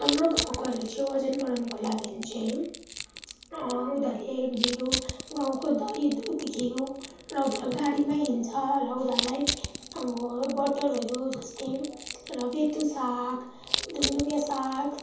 हाम्रो गाउँकोहरूले चाहिँ वजन बढाउनको लागि चाहिँ उनीहरूले घिउ गाउँको दही दूध घिउ र उनीहरू गाड़ीमै हिड्छ र उनीहरूलाई अब बटरहरू जस्तै र बेथु साग दुङदुङे साग